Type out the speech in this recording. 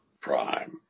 prime